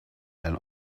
and